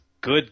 good